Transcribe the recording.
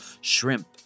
shrimp